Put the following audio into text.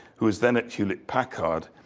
who was then at hewlett-packard.